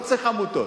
לא צריך עמותות.